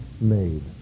made